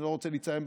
אני לא רוצה לציין,